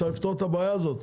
צריך לפתור את הבעיה הזאת,